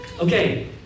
Okay